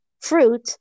fruit